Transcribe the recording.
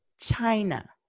China